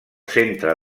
centre